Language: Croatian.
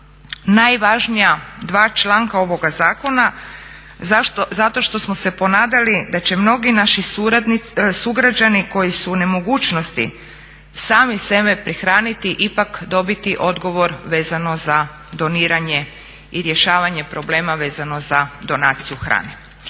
najvažnija dva člana ovoga zakon. Zašto, zato što smo se ponadali da će mnogi naši sugrađani koji su u nemogućnosti sami sebe prehraniti ipak dobiti odgovor vezano za doniranje i rješavanje problema vezano za donaciju hrane.